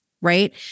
right